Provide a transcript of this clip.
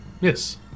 Yes